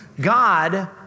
God